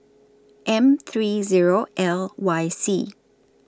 M three O L Y C